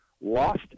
lost